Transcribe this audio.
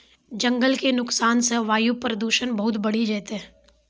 जंगल के नुकसान सॅ वायु प्रदूषण बहुत बढ़ी जैतै